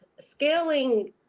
Scaling